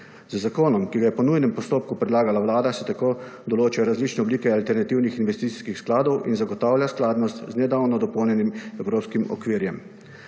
Z zakonom, ki ga je po nujnem postopku predlagala Vlada, se tako določajo različne oblike alternativnih investicijskih skladov in zagotavlja skladnost z nedavno dopolnjenim evropskim okvirjem.